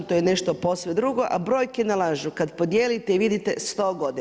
To je nešto posve drugo, a brojke nalažu kada podijelite i vidite 100 godina.